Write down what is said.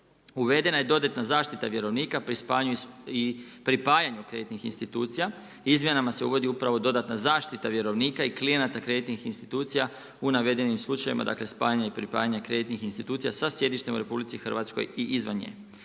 Uvedena je dodatna zaštita vjerovnika pri spajanju i pripajanju kreditnih institucija. Izmjenama se uvodi upravo dodatna zaštita vjerovnika i klijenata kreditnim institucija u navedenim slučajevima, dakle, spajanje i pripajanja kreditnih institucija sa sjedištem u RH i izvan nje.